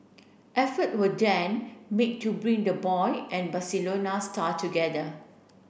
effort were then made to bring the boy and Barcelona star together